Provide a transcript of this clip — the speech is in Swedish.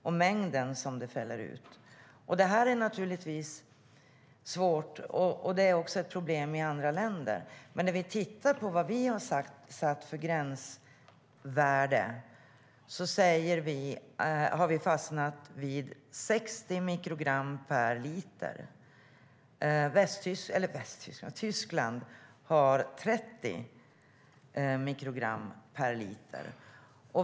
Vi känner inte heller till den mängd som ämnet fäller ut. Detta är också ett problem i andra länder, men vårt gränsvärde ligger på 60 mikrogram per liter. I Tyskland är gränsvärdet 30 mikrogram per liter.